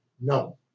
No